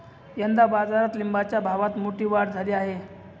यंदा बाजारात लिंबाच्या भावात मोठी वाढ झाली आहे